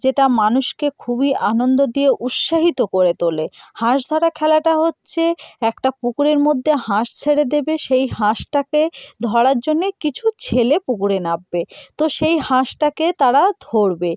যেটা মানুষকে খুবই অনন্দ দিয়ে উৎসাহিত করে তোলে হাঁস ধরা খেলাটা হচ্ছে একটা পুকুরের মধ্যে হাঁস ছেড়ে দেবে সেই হাঁসটাকে ধরার জন্যে কিছু ছেলে পুকুরে নামবে তো সেই হাঁসটাকে তারা ধরবে